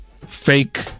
fake